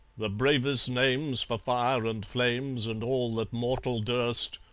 the bravest names for fire and flames and all that mortal durst,